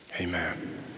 amen